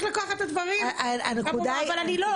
צריך לקחת את הדברים --- הנקודה היא --- אבל לא,